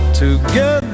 together